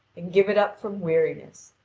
and give it up from weariness,